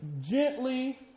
gently